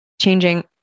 Changing